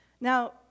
Now